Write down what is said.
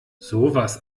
sowas